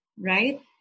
Right